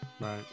right